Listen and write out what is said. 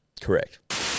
Correct